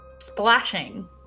splashing